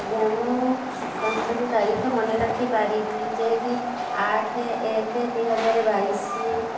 ଆଜ୍ଞା ମୁଁ ପାଞ୍ଚଟି ତାରିଖ ମନେ ରଖିପାରିବି ଯାହାକି ଆଠ ଏକ ଦୁଇ ହଜାର ବାଇଶି